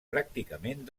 pràcticament